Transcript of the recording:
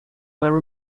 were